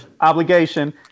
obligation